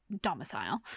domicile